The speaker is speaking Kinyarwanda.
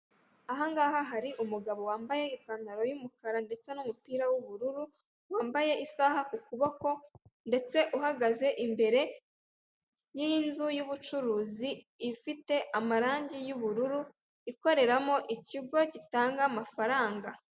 Ahangaha hari umugabo wambaye ipantaro y'umukara ndetse n'umupira w'ubururu wambaye isaha ku kuboko ndetse uhagaze imbere y'inzu y'ubucuruzi ifite amarangi y'ubururu ikoreramo ikigo gitanga amafaranga.